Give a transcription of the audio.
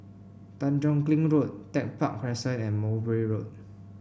Tanjong Kling Road Tech Park Crescent and Mowbray Road